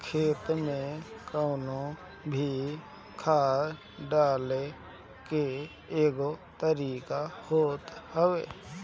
खेत में कवनो भी खाद डालला के एगो तरीका होत हवे